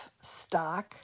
stock